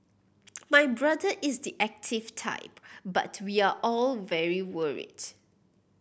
my brother is the active type but we are all very worried